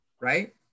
right